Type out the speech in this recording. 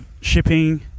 shipping